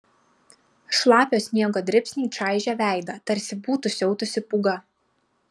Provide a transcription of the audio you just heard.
šlapio sniego dribsniai čaižė veidą tarsi būtų siautusi pūga